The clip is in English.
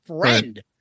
friend